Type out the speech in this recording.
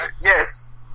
Yes